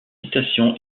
citation